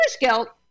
guilt